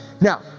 Now